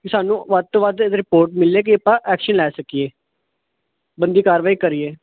ਵੀ ਸਾਨੂੰ ਵੱਧ ਤੋਂ ਵੱਧ ਰਿਪੋਰਟ ਮਿਲੇਗੀ ਆਪਾਂ ਐਕਸ਼ਨ ਲੈ ਸਕੀਏ ਬਣਦੀ ਕਾਰਵਾਈ ਕਰੀਏ